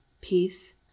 peace